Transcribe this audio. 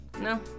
No